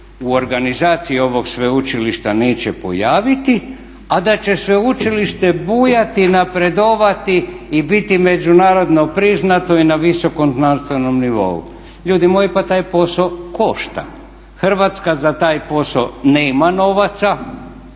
u organizaciji ovog sveučilišta neće pojaviti, a da će sveučilište bujati i napredovati i biti međunarodno priznato i na visokom znanstvenom nivou. Ljudi moji pa taj posao košta. Hrvatska za taj posao nema novaca,